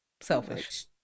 Selfish